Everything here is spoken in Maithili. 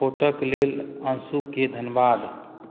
फोटोके लेल आशुकेँ धन्यवाद